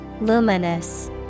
Luminous